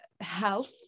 health